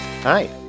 Hi